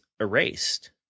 erased